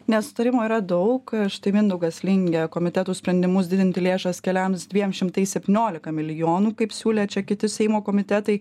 nesutarimų yra daug štai mindaugas lingė komitetų sprendimus didinti lėšas keliams dviem šimtais septyniolika milijonų kaip siūlė čia kiti seimo komitetai